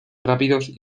rápidos